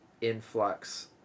influx